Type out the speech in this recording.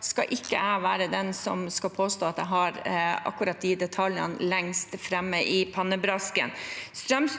skal ikke jeg være den som skal påstå at jeg har akkurat de detaljene lengst framme i pannebrasken.